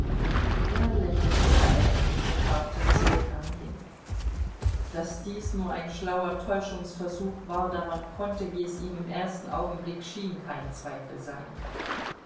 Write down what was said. er lächelte verächtlich und warf das telegramm hin daß dies nur ein schlauer täuschungsversuch war daran konnte wie es ihm im ersten augenblicke schien kein zweifel sein